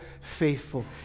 faithful